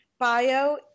bio